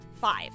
Five